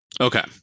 Okay